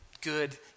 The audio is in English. good